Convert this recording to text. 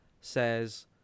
says